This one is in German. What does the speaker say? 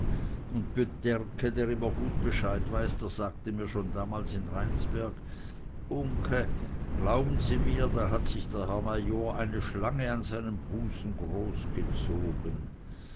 und pyterke der immer gut bescheid weiß der sagte mir schon damals in rheinsberg uncke glauben sie mir da hat sich der herr major eine schlange an seinem busen großgezogen